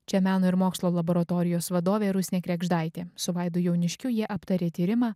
čia meno ir mokslo laboratorijos vadovė rusnė kregždaitė su vaidu jauniškiu jie aptarė tyrimą